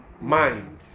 mind